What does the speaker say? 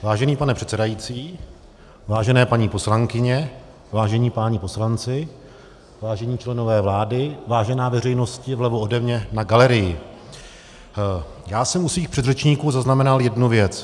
Vážený pane předsedající, vážené paní poslankyně, vážení páni poslanci, vážení členové vlády, vážená veřejnosti vlevo ode mne na galerii, já jsem u svých předřečníků zaznamenal jednu věc.